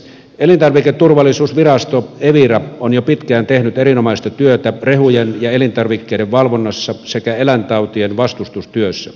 elintarviketurvallisuusvirasto evira on jo pitkään tehnyt erinomaista työtä rehujen ja elintarvikkeiden valvonnassa sekä eläintautien vastustustyössä